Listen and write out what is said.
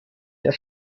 der